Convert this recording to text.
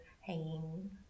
hanging